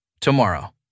tomorrow